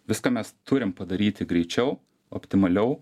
viską mes turim padaryti greičiau optimaliau